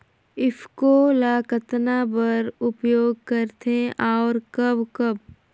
ईफको ल कतना बर उपयोग करथे और कब कब?